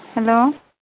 hello